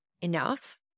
enough